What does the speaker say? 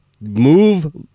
move